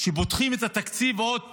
על כך שפותחים את התקציב עוד פעם.